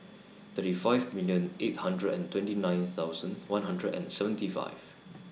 thirty five million eight hundred and twenty nine thousand one hundred and seventy five